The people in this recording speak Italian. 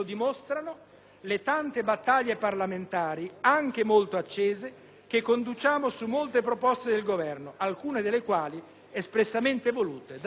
le tante battaglie parlamentari, anche molto accese, che conduciamo su molte proposte del Governo, alcune delle quali espressamente volute dalla Lega Nord.